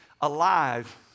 alive